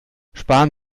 sparen